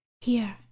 Here